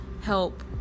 help